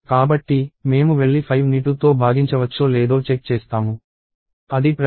కాబట్టి మేము వెళ్లి 5ని 2తో భాగించవచ్చో లేదో చెక్ చేస్తాము అది ప్రైమ్ కాదు